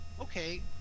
okay